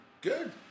Good